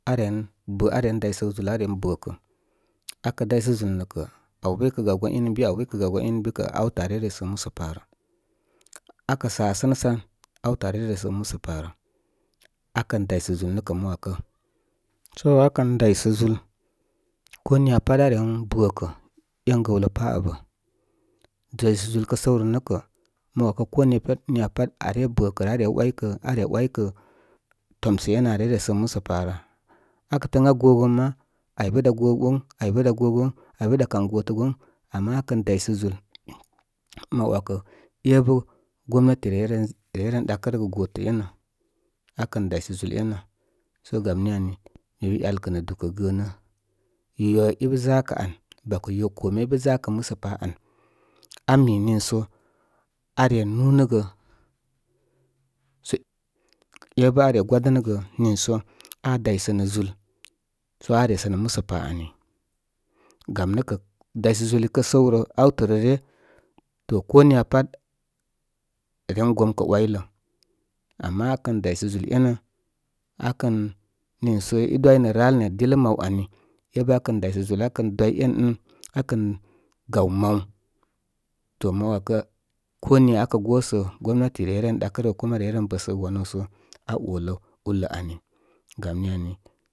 Aren bə aren daysəgə zúl aren bəkə. Akə daysə zúl lə kə, áw bə i kə gaw gan inənbi, áw bə ikə gaw gan in əbi, aw tə are resə gə musə pa rə. Akə sasənəsan awtə are resəgə musə pa rə. Akən daysə zúl nə kə mə ‘wakə. So akən daysə zúl, ko niya pat aren bəkə én gəwlə pa abə. Daysə zúl kə səw rə nə kə, ma ‘wakə ko niya pat are bəkərəare ‘waykə, are ‘waykə tomsə’ énə are resəgə musə pa rə. Akə təə ən aa gogən ma aybə dá go goŋ, aybə dá go goŋ, aybə dá kam gotə goŋ ama akən daysə zúl mə ‘wakə ébə gomnati reyeren, reyeren ɗakənəgə gotə enə, akən daysə zúl enə. Sə gam ni ani, mi bə ‘yal kə nə dúkə gəənə ya i bə zakə án bako yo kome ibə zakə musə pa an, ami niiso are núnə gə so é bə aa gwadənə gə niisə aa daysənəzúl so aresənə wusə pa ani. Gam nə kə daysə zúli kə səw rə awtə rə ryə. To ko niya pat ren gomkə enylə. ama akən daysə zúl énə akən niisə i dwinə rál nə dilə maw ani. É bə akən day sə zúl akə dwi én nin akən gaw maw. To mə ‘wakə, ko niya akə gosə gomnati reyeren ɗakə rə gə kuma reyeren bəsəgə wanúú sə a olə úrlə ani. Gam ni ani.